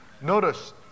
Notice